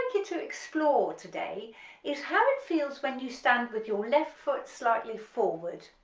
you to explore today is how it feels when you stand with your left foot slightly forward,